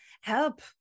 help